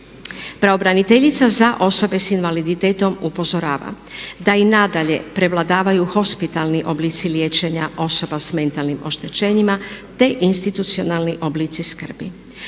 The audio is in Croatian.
Pravobraniteljica za osobe s invaliditetom upozorava da i nadalje prevladavaju hospitalni oblici liječenja osoba s mentalnim oštećenjima te institucionalni oblici skrbi.